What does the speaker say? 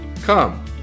Come